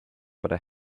but